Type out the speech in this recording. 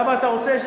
למה אתה רוצה?